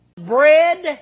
Bread